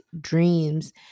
dreams